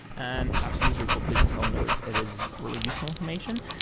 and absolutely, for business owners, it is really useful information.